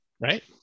right